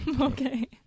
Okay